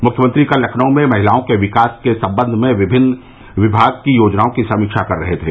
मुख्यमंत्री कल लखनऊ में महिलाओं के विकास के सम्बंध में विभिन्न विभागों की योजनाओं की समीक्षा कर रहे थे